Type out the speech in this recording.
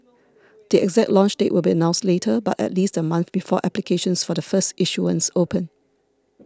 the exact launch date will be announced later but at least a month before applications for the first issuance open